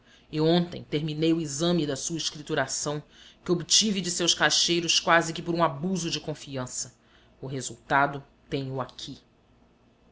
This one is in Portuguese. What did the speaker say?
e ontem terminei o exame da sua escrituração que obtive de seus caixeiros quase que por um abuso de confiança o resultado tenho-o aqui